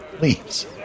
leaves